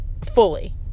fully